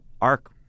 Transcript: arc